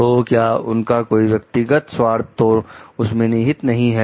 तो क्या उनका कोई व्यक्तिगत स्वार्थ तो उसमें निहित नहीं है